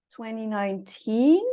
2019